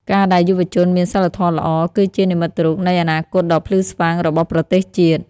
ការដែលយុវជនមានសីលធម៌ល្អ គឺជានិមិត្តរូបនៃអនាគតដ៏ភ្លឺស្វាងរបស់ប្រទេសជាតិ។